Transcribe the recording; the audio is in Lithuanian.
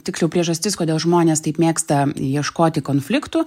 tiksliau priežastis kodėl žmonės taip mėgsta ieškoti konfliktų